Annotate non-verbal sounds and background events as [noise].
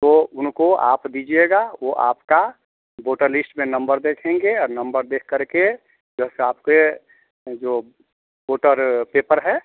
तो उनको आप दीजिएगा वो आपका वोटर लीस्ट में नंबर देखेंगे और नंबर देखकर के [unintelligible] आपके जो वोटर पेपर है